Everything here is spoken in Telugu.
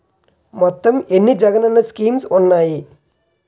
మొత్తం ఎన్ని జగనన్న స్కీమ్స్ ఉన్నాయి?